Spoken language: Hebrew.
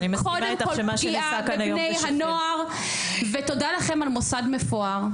זה קודם כל פגיעה בבני הנוער ותודה לכם על מוסד מפואר.